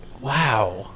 wow